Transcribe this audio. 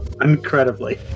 Incredibly